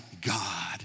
God